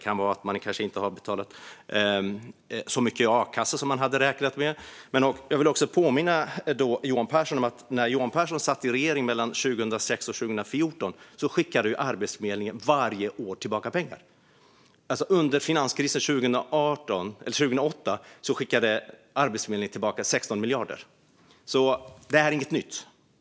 Man kanske inte har betalat ut så mycket i a-kassa som man hade räknat med. Jag vill också påminna Johan Pehrson om att när han satt i regering mellan 2006 och 2014 skickade Arbetsförmedlingen varje år tillbaka pengar. Under finanskrisen 2008 skickade Arbetsförmedlingen tillbaka 16 miljarder. Detta är alltså inget nytt.